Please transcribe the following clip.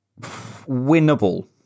Winnable